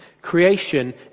Creation